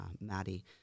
Maddie